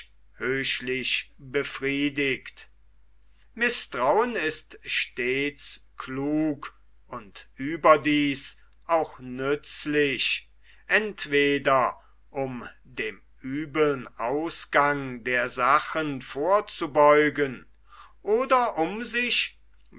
höchlich befriedigt mißtrauen ist stets klug und überdies auch nützlich entweder um dem übeln ausgang der sachen vorzubeugen oder um sich